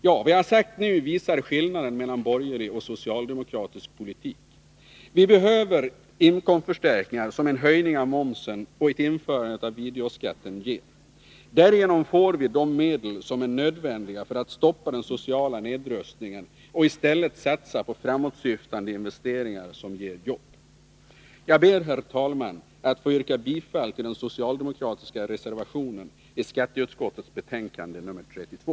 Vad jag nu sagt visar skillnaden mellan borgerlig och socialdemokratisk politik. Vi behöver de inkomstförstärkningar som en höjning av momsen och ett införande av videoskatt ger. Därigenom får vi de medel som är nödvändiga för att stoppa den sociala nedrustningen och i stället satsa på framåtsyftande investeringar som ger jobb. Jag ber, herr talman, att få yrka bifall till den socialdemokratiska reservationen vid skatteutskottets betänkande nr 32.